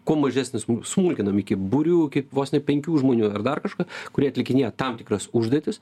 kuo mažesnis smulkinam iki būrių iki vos ne penkių žmonių ar dar kažką kurie atlikinėja tam tikras užduotis